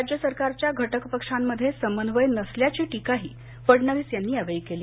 राज्य सरकारच्या घटकपक्षामध्ये समन्वय नसल्याची टीकाही फडणवीस यांनी या वेळी केली